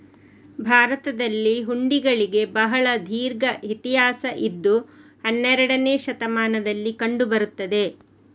ಭಾರತದಲ್ಲಿ ಹುಂಡಿಗಳಿಗೆ ಬಹಳ ದೀರ್ಘ ಇತಿಹಾಸ ಇದ್ದು ಹನ್ನೆರಡನೇ ಶತಮಾನದಲ್ಲಿ ಕಂಡು ಬರುತ್ತದೆ